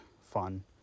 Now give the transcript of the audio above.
fun